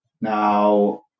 Now